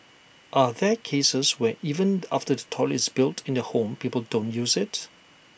are there cases where even after the toilet is built in the home people don't use IT